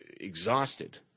exhausted